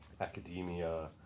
Academia